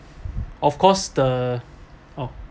of course the oh